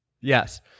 Yes